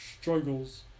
struggles